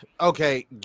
Okay